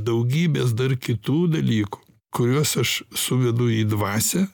daugybės dar kitų dalykų kuriuos aš suvedu į dvasią